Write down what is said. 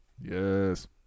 Yes